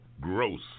Gross